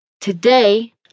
Today